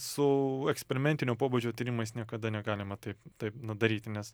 su eksperimentinio pobūdžio tyrimais niekada negalima taip taip na daryti nes